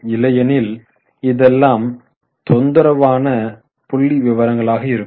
இல்லையெனில் இதெல்லாம் தொந்தரவான புள்ளி விவரங்கள் இருக்கும்